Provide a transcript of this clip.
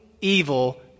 evil